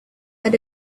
that